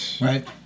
Right